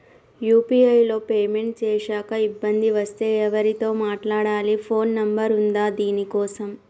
UPI లో payment చేశాక ఇబ్బంది వస్తే ఎవరితో మాట్లాడాలి? ఫోన్ నంబర్ ఉందా దీనికోసం?